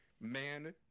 man